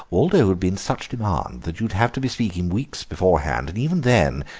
waldo would be in such demand that you would have to bespeak him weeks beforehand, and even then,